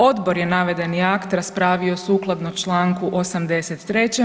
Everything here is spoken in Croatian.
Odbor je navedeni akt raspravio sukladno čl. 83.